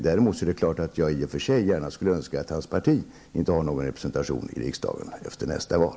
Däremot är det klart att jag i och för sig skulle önska att hans parti inte har någon representation i riksdagen efter nästa val.